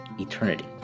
Eternity